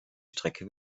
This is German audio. strecke